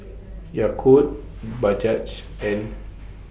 Yakult Bajaj and